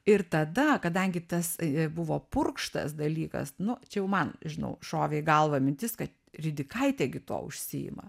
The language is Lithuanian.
ir tada kadangi tas buvo purkštas dalykas nu čia jau man nežinau šovė į galvą mintis kad ridikaitė gi tuo užsiima